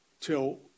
till